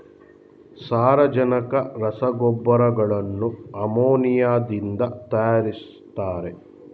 ಸಾರಜನಕ ರಸಗೊಬ್ಬರಗಳನ್ನು ಅಮೋನಿಯಾದಿಂದ ತರಯಾರಿಸ್ತರೆ